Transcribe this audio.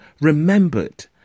remembered